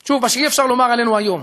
שוב, מה שאי-אפשר לומר עלינו היום.